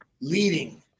leading